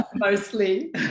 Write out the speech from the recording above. mostly